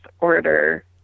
order